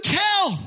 tell